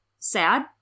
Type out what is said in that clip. Sad